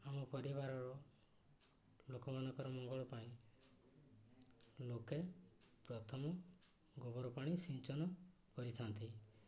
ଆମ ପରିବାରର ଲୋକମାନଙ୍କର ମଙ୍ଗଳ ପାଇଁ ଲୋକେ ପ୍ରଥମ ଗୋବର ପାଣି ସିଞ୍ଚନ କରିଥାନ୍ତି